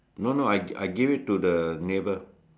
no no I I give it to the neighbour